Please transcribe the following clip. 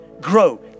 Grow